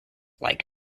like